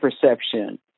perception